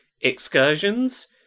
excursions